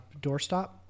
doorstop